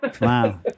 Wow